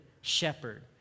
shepherd